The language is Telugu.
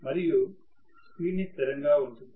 మరియు స్పీడ్ ని స్థిరంగా ఉంచుతాము